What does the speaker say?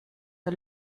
für